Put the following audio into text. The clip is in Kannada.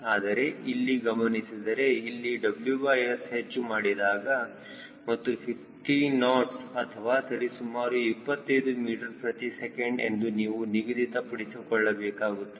ಆದರೆ ಇಲ್ಲಿ ಗಮನಿಸಿದರೆ ಇಲ್ಲಿ WS ಹೆಚ್ಚು ಮಾಡಿದಾಗ ಮತ್ತು 50 ನಾಟ್ಸ್ ಅಥವಾ ಸರಿಸುಮಾರು 25 ಮೀಟರ್ ಪ್ರತಿ ಸೆಕೆಂಡ್ ಎಂದು ನೀವು ನಿಗದಿತ ಪಡಿಸಬೇಕಾಗುತ್ತದೆ